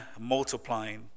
multiplying